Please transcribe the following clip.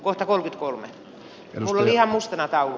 otetaan nyt kolme milliä musta taulu